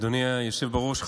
אדוני היושב בראש,